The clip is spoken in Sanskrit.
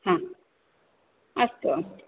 अस्तु